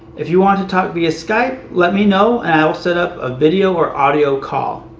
if you want to talk via skype, let me know and i will set up a video or audio call.